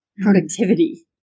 productivity